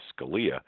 Scalia